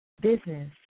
business